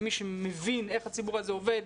ומי שמבין איך הציבור הזה עובד,